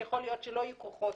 שיכול להיות שלא יהיו כרוכות